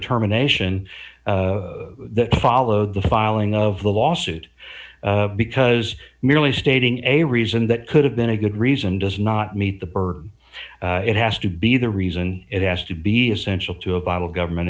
terminations that followed the filing of the lawsuit because merely stating a reason that could have been a good reason does not meet the burden it has to be the reason it has to be essential to a bottle government